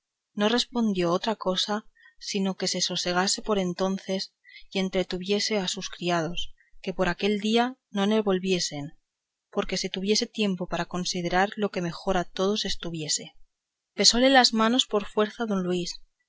no respondió otra cosa sino que se sosegase por entonces y entretuviese a sus criados que por aquel día no le volviesen porque se tuviese tiempo para considerar lo que mejor a todos estuviese besóle las manos por fuerza don luis